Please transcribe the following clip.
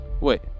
Wait